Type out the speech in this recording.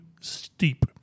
steep